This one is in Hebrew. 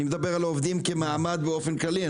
אני מדבר על העובדים כמעמד באופן כללי.